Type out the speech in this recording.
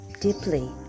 deeply